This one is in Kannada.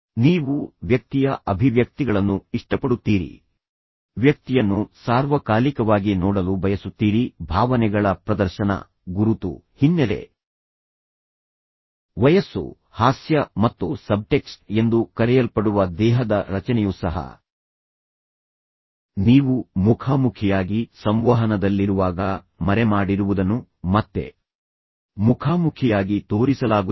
ನೀವು ವ್ಯಕ್ತಿಯ ಅಭಿವ್ಯಕ್ತಿಗಳನ್ನು ಇಷ್ಟಪಡುತ್ತೀರಿ ವ್ಯಕ್ತಿಯನ್ನು ಸಾರ್ವಕಾಲಿಕವಾಗಿ ನೋಡಲು ಬಯಸುತ್ತೀರಿ ಭಾವನೆಗಳ ಪ್ರದರ್ಶನ ಗುರುತು ಹಿನ್ನೆಲೆ ವಯಸ್ಸು ಹಾಸ್ಯ ಮತ್ತು ಸಬ್ಟೆಕ್ಸ್ಟ್ ಎಂದು ಕರೆಯಲ್ಪಡುವ ದೇಹದ ರಚನೆಯೂ ಸಹ ನೀವು ಮುಖಾಮುಖಿಯಾಗಿ ಸಂವಹನದಲ್ಲಿರುವಾಗ ಮರೆಮಾಡಿರುವುದನ್ನು ಮತ್ತೆ ಮುಖಾಮುಖಿಯಾಗಿ ತೋರಿಸಲಾಗುತ್ತದೆ